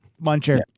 Muncher